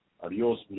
Adios